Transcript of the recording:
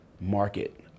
market